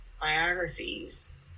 biographies